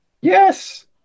Yes